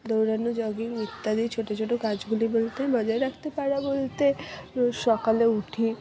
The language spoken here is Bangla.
দৌড়ানো জগিং ইত্যাদি ছোট ছোট কাজগুলি বলতে বজায় রাখতে পারা বলতে রোজ সকালে উঠি